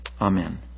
Amen